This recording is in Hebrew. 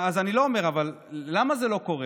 ואז, אני לא אומר, אבל למה זה לא קורה?